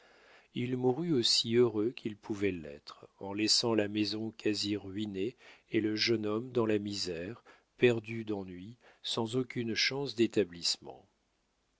il mourut aussi heureux qu'il pouvait l'être en laissant la maison quasi ruinée et le jeune homme dans la misère perdu d'ennui sans aucune chance d'établissement